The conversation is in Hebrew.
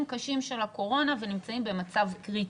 קשים של הקורונה ונמצאים במצב קריטי.